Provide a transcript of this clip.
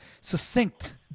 succinct